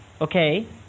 Okay